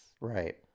right